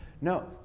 No